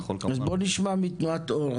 אז בוא נשמע מתנועת אור,